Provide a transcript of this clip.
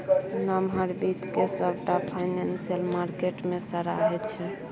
नमहर बित्त केँ सबटा फाइनेंशियल मार्केट मे सराहै छै